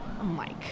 Mike